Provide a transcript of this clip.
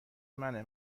منه